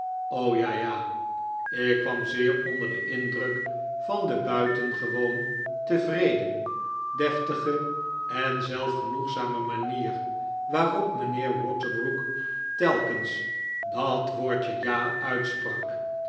ja ja ik kwam zeer onder den indruk van de buitengewoon tevreden deftige en zelfgenoegzame manier waarop mijnheer waterbrook telkens dat woordje ja uitsprak